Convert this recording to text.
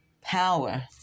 power